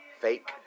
fake